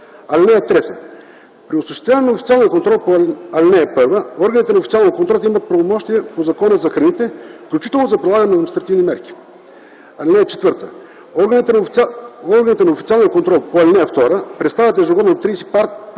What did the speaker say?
(3) При осъществяване на официалния контрол по ал. 1 органите на официалния контрол имат правомощията по Закона за храните, включително за прилагане на административни мерки. (4) Органите на официалния контрол по ал. 2 представят ежегодно до 31 март